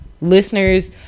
listeners